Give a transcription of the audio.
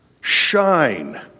shine